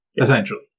essentially